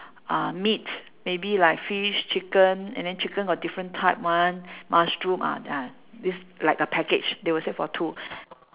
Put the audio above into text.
uh meat maybe like fish chicken and then chicken got different type [one] mushroom ah this like a package they will say for two